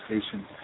station